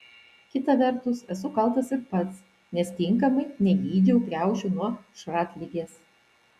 kita vertus esu kaltas ir pats nes tinkamai negydžiau kriaušių nuo šratligės